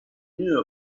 knew